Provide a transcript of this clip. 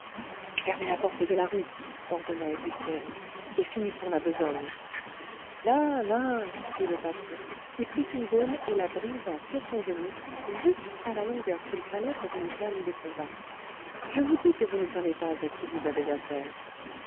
fermez la porte de la rue ordonna ezéchiel et finissons la besogne la la fit le patron qui prit une gaule et la brisa sur son genou juste à la longueur qu'il fallait pour une canne de combat je vous dis que vous ne savez pas à qui vous avez affaire